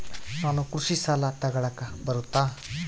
ನಾನು ಕೃಷಿ ಸಾಲ ತಗಳಕ ಬರುತ್ತಾ?